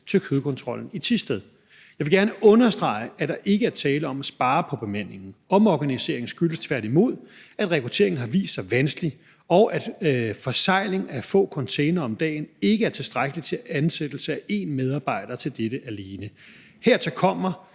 til kødkontrollen i Thisted. Jeg vil gerne understrege, at der ikke er tale om at spare på bemandingen. Omorganiseringen skyldes tværtimod, at rekrutteringen har vist sig vanskelig, og at forsegling af få containere om dagen ikke er tilstrækkeligt til ansættelse af én medarbejder til dette alene. Hertil kommer,